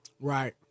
Right